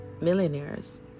millionaires